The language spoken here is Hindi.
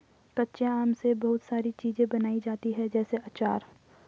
कच्चे आम से बहुत सारी चीज़ें बनाई जाती है जैसे आचार